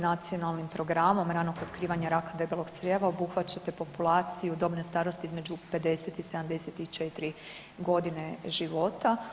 Nacionalnim programom ranog otkrivanja raka debelog crijeva obuhvaćate populaciju dobne starosti između 50 i 74 godine života.